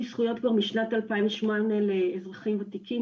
זכויות כבר משנת 2008 לאזרחים ותיקים,